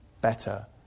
better